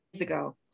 ago